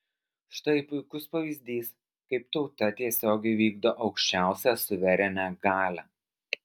štai puikus pavyzdys kaip tauta tiesiogiai vykdo aukščiausią suverenią galią